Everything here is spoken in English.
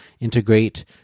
integrate